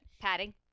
padding